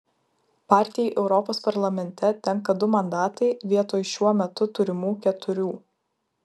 partijai europos parlamente tenka du mandatai vietoj šiuo metu turimų keturių